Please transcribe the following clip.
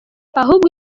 ahubwo